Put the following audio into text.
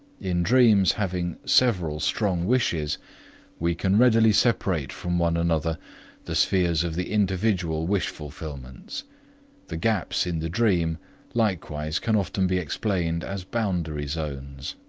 in dreams having several strong wishes we can readily separate from one another the spheres of the individual wish-fulfillments the gaps in the dream likewise can often be explained as boundary zones.